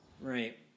Right